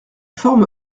forme